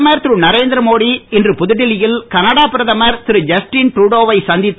பிரதமர் திருநரேந்திர மோடி இன்று புதுடில்லி யில் கனடா பிரதமர் திருஜஸ்டின் ட்ருடோ வை சந்தித்து